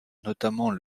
notamment